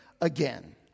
again